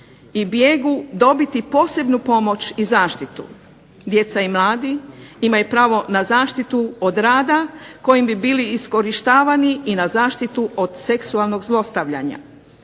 i bijegu dobiti posebnu pomoć i zaštitu, djeca i mladi imaju pravo na zaštitu od rada kojim bi bili iskorištavani i na zaštitu od seksualnog zlostavljanja.